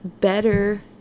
better